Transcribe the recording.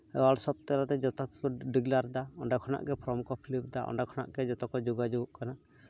WhatsApp ᱛᱟᱞᱟᱛᱮ ᱡᱚᱛᱚ ᱠᱤᱪᱷᱩ ᱠᱚ ᱰᱤᱜᱽᱞᱟᱨᱫᱟ ᱚᱸᱰᱮ ᱠᱷᱚᱱᱟᱜ ᱜᱮ ᱯᱷᱨᱚᱢ ᱠᱚ ᱯᱷᱤᱞᱟᱯᱫᱟ ᱚᱸᱰᱮ ᱠᱷᱚᱱᱟᱜ ᱜᱮ ᱡᱚᱛᱚ ᱠᱚ ᱡᱳᱜᱟᱡᱳᱜᱚᱜ ᱠᱟᱱᱟ